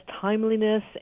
timeliness